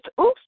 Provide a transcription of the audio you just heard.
Oops